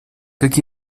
как